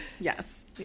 Yes